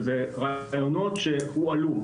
ואלה רעיונות שהועלו,